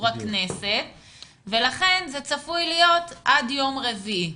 הכנסת ולכן זה צפוי להיות עד יום רביעי.